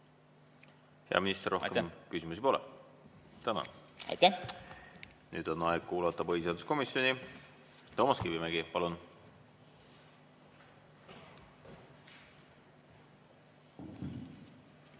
Hea minister, rohkem küsimusi ei ole. Tänan! Nüüd on aeg kuulata põhiseaduskomisjoni. Toomas Kivimägi, palun!